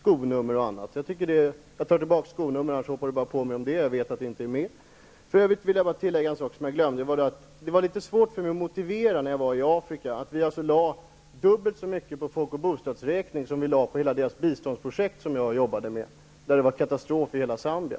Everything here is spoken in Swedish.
För övrigt vill jag tillägga en sak som jag glömde tidigare. Det var litet svårt för mig att motivera när jag var i Afrika varför vi lade dubbelt så mycket pengar på folk och bostadsräkning som vi lade på hela det biståndsprojekt som jag arbetade med, då det ändå var katastrof i Zambia.